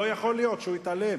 לא יכול להיות שהוא יתעלם.